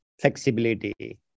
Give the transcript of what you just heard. flexibility